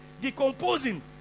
decomposing